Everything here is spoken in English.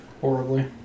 Horribly